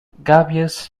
gàbies